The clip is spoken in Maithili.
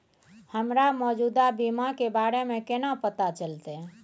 हमरा मौजूदा बीमा के बारे में केना पता चलते?